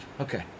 okay